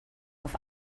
auf